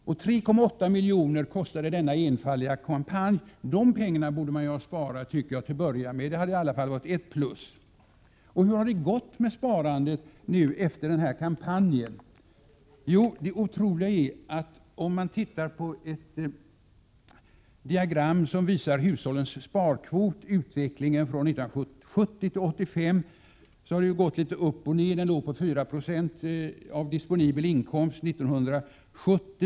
Den här enfaldiga kampanjen kostade 3,8 milj.kr. De pengarna borde man till att börja med ha kunnat spara in. Det hade i alla fall varit ett plus. Hur har det då gått med sparandet efter denna kampanj? Jo, på ett diagram som visar utvecklingen av hushållens sparkvot från 1970 till 1985 kan man se att det har gått litet upp och ned. Sparandet låg på 4,5 96 av disponibel inkomst år 1970.